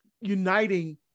uniting